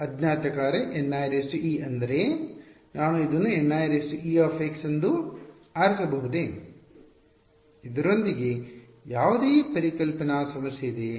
ಅಜ್ಞಾತ ಕಾರ್ಯ N ie ಅಂದರೆ ನಾನು ಇದನ್ನು Nie ಎಂದು ಆರಿಸಬಹುದೇ ಇದರೊಂದಿಗೆ ಯಾವುದೇ ಪರಿಕಲ್ಪನಾ ಸಮಸ್ಯೆ ಇದೆಯೇ